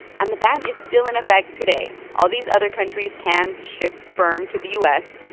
and the ban is still in effect today. all these other countries can ship sperm to the u s.